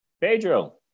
Pedro